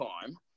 time